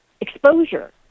exposure